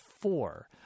four